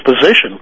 position